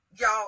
Y'all